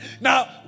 Now